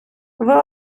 вони